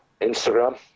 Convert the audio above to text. Instagram